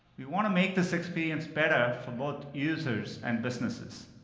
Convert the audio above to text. we want to make this experience better for both users and businesses.